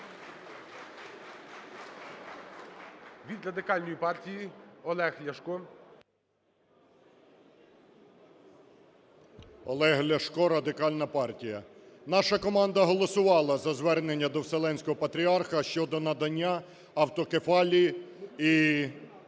Від Радикальної партії Олег Ляшко. 11:03:28 ЛЯШКО О.В. Олег Ляшко, Радикальна партія. Наша команда голосувала за звернення до Вселенського Патріарха щодо надання автокефалії і